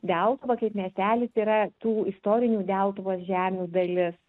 deltuva kaip miestelis yra tų istorinių deltuvos žemių dalis